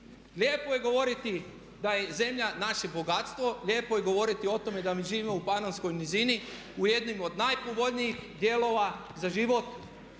Lijepo je govoriti da je zemlja naše bogatstvo, lijepo je govoriti o tome da mi živimo u panonskoj nizini u jednim od najpovoljnijih dijelova za život